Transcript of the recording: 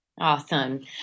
Awesome